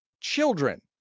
Children